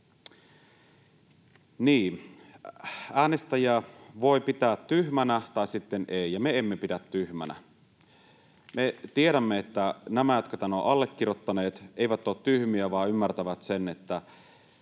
Niin, äänestäjiä voi pitää tyhminä tai sitten ei, ja me emme pidä heitä tyhminä. Me tiedämme, että nämä, jotka tämän ovat allekirjoittaneet, eivät ole tyhmiä vaan ymmärtävät sen, että